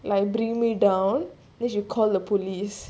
like bring me down then she call the police